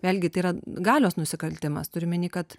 vėlgi tai yra galios nusikaltimas turiu omeny kad